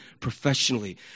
professionally